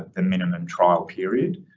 the minimum trial period.